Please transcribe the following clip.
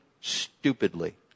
stupidly